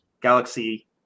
galaxy